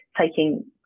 taking